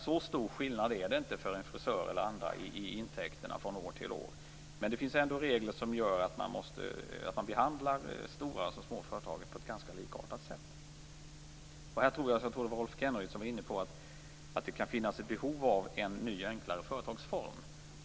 Så stor skillnad är det inte för t.ex. en frisör i intäkter från år till år, men det finns regler som gör att de stora och de små företagen behandlas på ett ganska likartat sätt. Jag tror att det var Rolf Kenneryd som var inne på att det kan finnas behov av en ny och enklare företagsform.